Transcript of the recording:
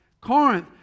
Corinth